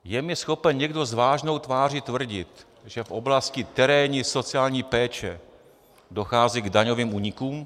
Je mi schopen někdo s vážnou tváří tvrdit, že v oblasti terénní sociální péče dochází k daňovým únikům?